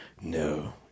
No